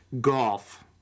Golf